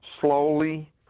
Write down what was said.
slowly